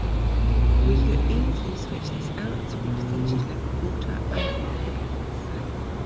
we could easily switch this out to represented level of water, and the graph would look the same.